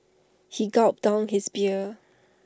he gulped down his beer